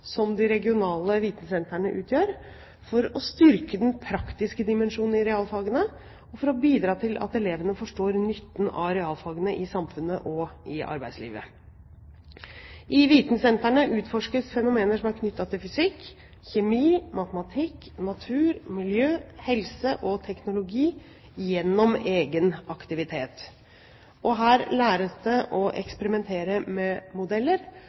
som de regionale vitensentrene utgjør, for å styrke den praktiske dimensjonen i realfagene og bidra til at elevene forstår nytten av realfagene i samfunnet og i arbeidslivet. I vitensentrene utforskes fenomener som er knyttet til fysikk, kjemi, matematikk, natur, miljø, helse og teknologi gjennom egen aktivitet. Her læres det ved å eksperimentere med modeller.